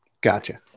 Gotcha